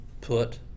put